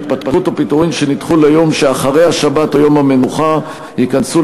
התפטרות או פיטורים שנדחו ליום שאחרי השבת או יום המנוחה ייכנסו